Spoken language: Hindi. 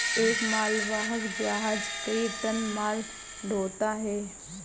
एक मालवाहक जहाज कई टन माल ढ़ोता है